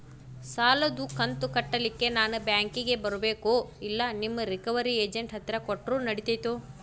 ಸಾಲದು ಕಂತ ಕಟ್ಟಲಿಕ್ಕೆ ನಾನ ಬ್ಯಾಂಕಿಗೆ ಬರಬೇಕೋ, ಇಲ್ಲ ನಿಮ್ಮ ರಿಕವರಿ ಏಜೆಂಟ್ ಹತ್ತಿರ ಕೊಟ್ಟರು ನಡಿತೆತೋ?